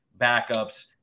backups